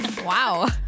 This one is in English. wow